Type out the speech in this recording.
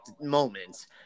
moments